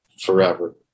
forever